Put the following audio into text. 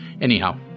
Anyhow